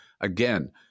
Again